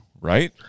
right